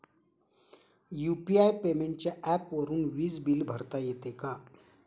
UPI पेमेंटच्या ऍपवरुन वीज बिल भरता येते का?